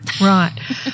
Right